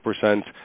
percent